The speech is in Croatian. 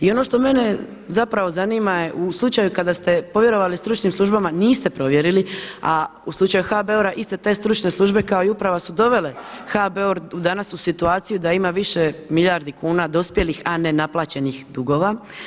I ono što mene zapravo zanima je u slučaju kada ste povjerovali stručnim službama niste provjerili a u slučaju HBOR-a iste te stručne službe kao i uprava su dovele HBOR danas u situaciju da ima više milijardi kuna dospjelih a ne naplaćenih dugova.